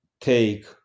take